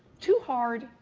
too hard.